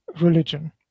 religion